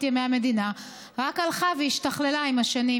ימי המדינה רק הלכה והשתכללה עם השנים.